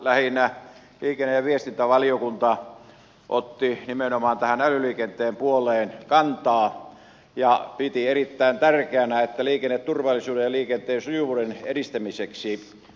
lähinnä liikenne ja viestintävaliokunta otti nimenomaan tähän älyliikenteen puoleen kantaa ja piti älyliikenteen kehittämistä erittäin tärkeänä liikenneturvallisuuden ja liikenteen sujuvuuden edistämiseksi